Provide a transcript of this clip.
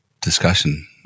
discussion